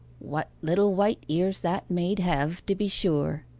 what little white ears that maid hev, to be sure!